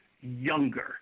younger